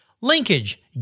Linkage